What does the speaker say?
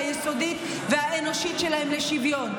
היסודית והאנושית שלהם לשוויון,